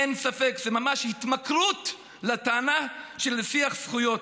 אין ספק שזאת ממש התמכרות לטענה של שיח זכויות.